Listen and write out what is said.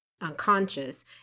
unconscious